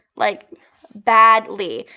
like badly,